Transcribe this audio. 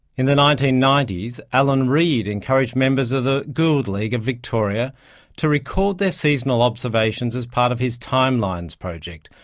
in the nineteen ninety s, allan reid encouraged members of the gould league of victoria to record their seasonal observations as part of his timelines project,